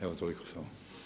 Evo toliko samo.